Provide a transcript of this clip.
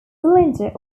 cylinder